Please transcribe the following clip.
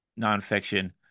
nonfiction